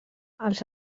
els